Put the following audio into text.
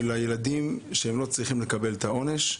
שהילדים לא צריכים לקבל את העונש.